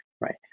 right